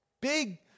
big